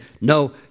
no